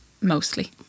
mostly